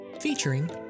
featuring